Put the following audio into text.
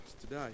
today